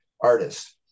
artist